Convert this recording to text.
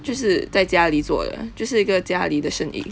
就是在家里做的就是一个家里的生意